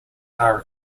are